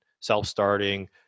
self-starting